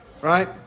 right